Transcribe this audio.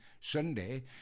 Sunday